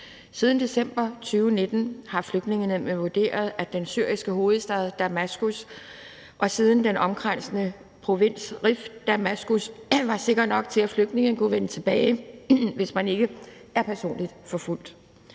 Siden december 2019 har Flygtningenævnet vurderet, at den syriske hovedstad, Damaskus, og siden den omkransende provins Rif Damaskus er sikre nok til, at flygtninge kan vende tilbage, hvis de ikke er personligt forfulgte.